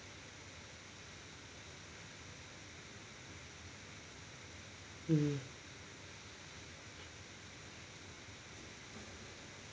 mm